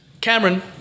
Cameron